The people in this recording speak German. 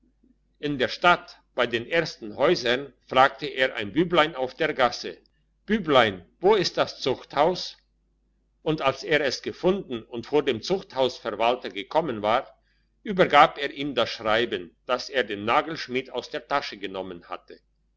in der stadt bei den ersten häusern fragte er ein büblein auf der gasse büblein wo ist das zuchthaus und als er es gefunden und vor den zuchthausverwalter gekommen war übergab er ihm das schreiben das er dem nagelschmied aus der tasche genommen hatte